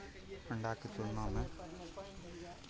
अण्डाके तुलनामे